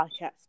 podcast